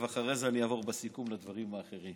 ואחרי זה אני אעבור בסיכום לדברים האחרים.